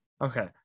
Okay